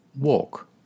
Walk